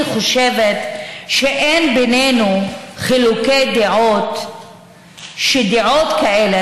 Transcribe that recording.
אני חושבת שאין בינינו חילוקי דעות שדעות כאלה,